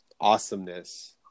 awesomeness